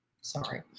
Sorry